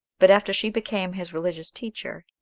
but after she became his religious teacher,